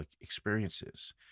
experiences